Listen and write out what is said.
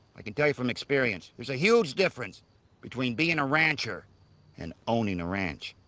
i can tell you from experience, there's a huge difference between being a rancher and owning a ranch.